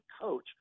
coach